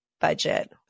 budget